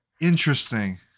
Interesting